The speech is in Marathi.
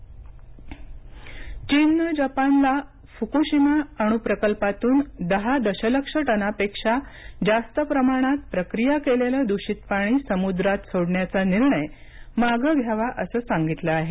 चीन फुकशिमा चीनने जपानला फुकुशिमा अणु प्रकल्पातून दहा दशलक्ष टनापेक्षा जास्त प्रमाणात प्रक्रिया केलेलं दूषित पाणी समुद्रात सोडण्याचा निर्णय मागे घ्यावा असं सांगितले आहे